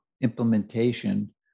implementation